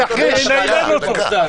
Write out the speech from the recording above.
--- שנייה, דקה.